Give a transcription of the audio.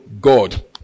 God